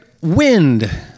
wind